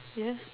yes